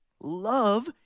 Love